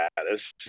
status